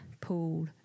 Paul